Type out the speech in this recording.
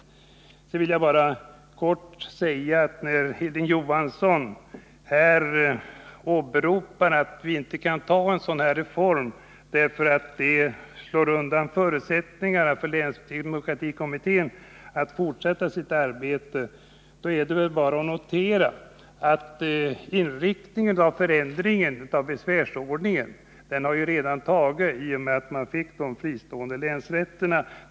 Sedan vill jag i korthet framhålla, att när Hilding Johansson säger att vi inte kan besluta om en sådan här reform därför att det skulle rycka undan förutsättningarna för länsdemokratikommitténs möjligheter att fortsätta sitt arbete, är det väl bara att notera att inriktningen av ändringen av besvärsordningen ju redan har beslutats i och med införandet av de fristående länsrätterna.